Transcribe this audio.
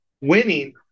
winning